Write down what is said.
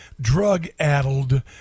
drug-addled